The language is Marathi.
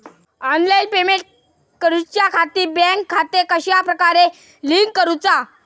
ऑनलाइन पेमेंट करुच्याखाती बँक खाते कश्या प्रकारे लिंक करुचा?